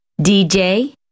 DJ